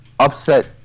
Upset